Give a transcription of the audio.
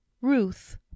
Ruth